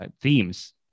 themes